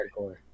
hardcore